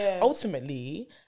Ultimately